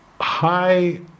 high